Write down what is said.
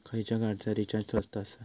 खयच्या कार्डचा रिचार्ज स्वस्त आसा?